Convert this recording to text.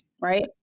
right